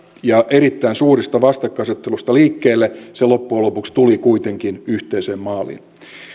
ja erittäin suuresta vastakkainasettelusta liikkeelle se loppujen lopuksi tuli kuitenkin yhteiseen maaliin